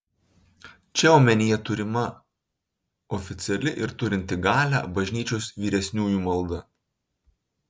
čia omenyje turima oficiali ir turinti galią bažnyčios vyresniųjų malda